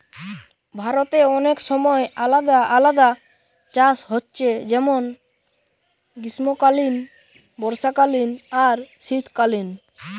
ভারতে অনেক সময় আলাদা আলাদা চাষ হচ্ছে যেমন গ্রীষ্মকালীন, বর্ষাকালীন আর শীতকালীন